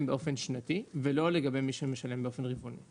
באופן שנתי ולא לגבי מי שמשלם באופן רבעוני.